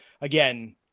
again